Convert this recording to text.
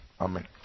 Amen